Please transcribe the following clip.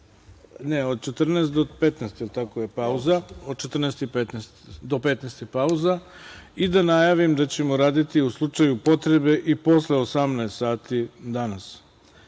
15,00 sati je pauza i da najavim da ćemo raditi u slučaju potrebe i posle 18 sati danas.